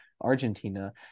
Argentina